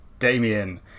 Damien